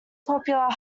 popular